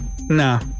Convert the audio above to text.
Nah